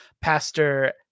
Pastor